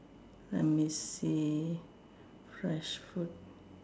let me see fresh fruit